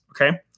okay